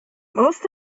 most